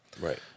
Right